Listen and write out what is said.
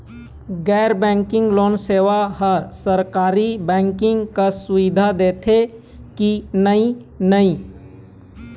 गैर banking loan सेवा हा सरकारी बैंकिंग कस सुविधा दे देथे कि नई नहीं?